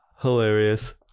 hilarious